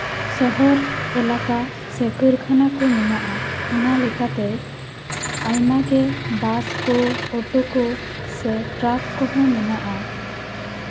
ᱥᱚᱦᱚᱨ ᱮᱞᱟᱠᱟ ᱥᱮ ᱠᱟᱹᱨᱠᱷᱟᱱᱟ ᱠᱚ ᱢᱮᱱᱟᱜᱼᱟ ᱚᱱᱟ ᱞᱮᱠᱟᱛᱮ ᱟᱭᱢᱟ ᱜᱮ ᱵᱟᱥ ᱠᱚ ᱚᱴᱳ ᱠᱚ ᱥᱮ ᱴᱨᱟᱠ ᱠᱚᱦᱚᱸ ᱢᱮᱱᱟᱜᱼᱟ